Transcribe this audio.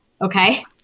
Okay